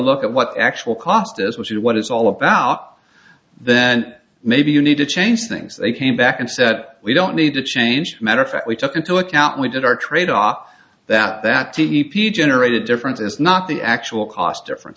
look at what actual cost is what you what it's all about then maybe you need to change things they came back and said we don't need to change matter fact we took into account we did our trade off that that g d p generated difference is not the actual cost difference